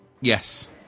Yes